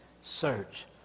search